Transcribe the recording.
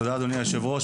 תודה, אדוני היושב ראש.